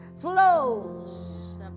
flows